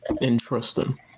interesting